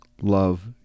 love